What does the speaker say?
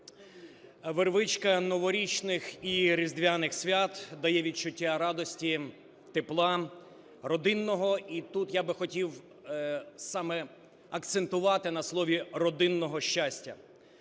Вервичка Новорічних і Різдвяних свят дає відчуття радості, тепла родинного, і тут я би хотів акцентувати саме на слові - родинного щастя.